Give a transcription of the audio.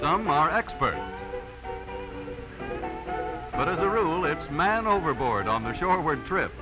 some are experts but as a rule it's man overboard on the short